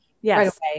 Yes